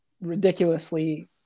ridiculously